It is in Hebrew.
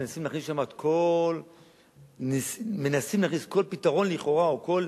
מנסים להכניס כל פתרון לכאורה או כל